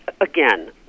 again